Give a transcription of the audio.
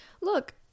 look